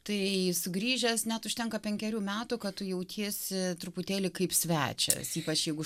tai sugrįžęs net užtenka penkerių metų kad tu jautiesi truputėlį kaip svečias ypač jeigu